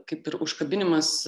kaip ir užkabinimas